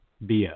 BO